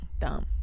Dumb